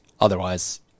Otherwise